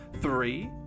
Three